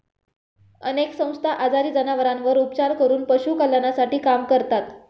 अनेक संस्था आजारी जनावरांवर उपचार करून पशु कल्याणासाठी काम करतात